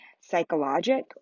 psychologic